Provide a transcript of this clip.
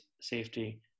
safety